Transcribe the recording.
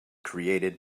created